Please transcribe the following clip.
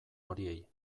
horiei